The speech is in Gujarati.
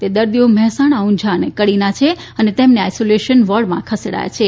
તે દર્દીઓ મહેસાણા ઊંઝા અને કડીના છે અને તેમને આઇસોલેશન વોર્ડમાં ખસેડાયા છે